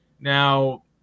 Now